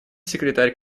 секретарь